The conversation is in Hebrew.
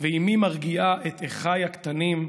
ואימי מרגיעה את אחיי הקטנים: